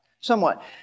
somewhat